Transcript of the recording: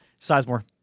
Sizemore